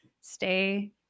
Stay